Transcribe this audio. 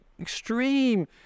extreme